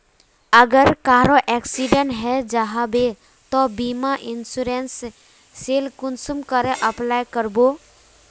अगर कहारो एक्सीडेंट है जाहा बे तो बीमा इंश्योरेंस सेल कुंसम करे अप्लाई कर बो?